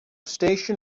station